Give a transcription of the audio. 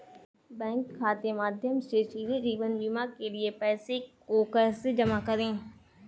Bank खाते के माध्यम से सीधे जीवन बीमा के लिए पैसे को कैसे जमा करें?